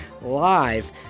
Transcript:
live